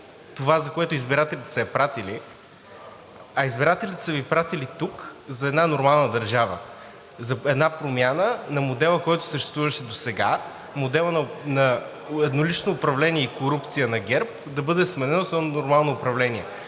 това, за което избирателите са я пратили, а избирателите са Ви изпратили тук за една нормална държава, за една промяна на модела, който съществуваше досега, моделът на еднолично управление и корупция на ГЕРБ да бъде сменен с едно нормално управление.